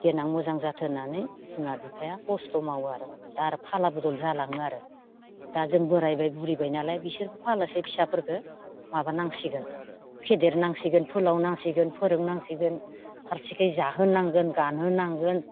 देनां मोजां जाथों होननानै बिमा बिफाया खस्थ' मावो आरो दा आरो फाला बदल जालाङो आरो दा जों बोरायबाय बुरैबाय नालाय बिसोरबो फालोसे फिसाफोरखौ माबा नांसिगोन फेदेर नांसिगोन फोलाव नांसिगोन फोरों नांसिगोन फारसेखै जाहोनांगोन गानहो नांगोन